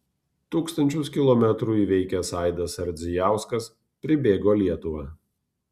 tūkstančius kilometrų įveikęs aidas ardzijauskas pribėgo lietuvą